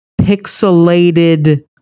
pixelated